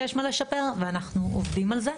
ואנחנו עובדים על זה.